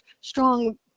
strong